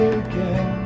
again